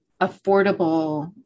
affordable